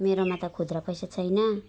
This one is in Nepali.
मेरोमा त खुद्रा पैसा छैन